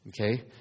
Okay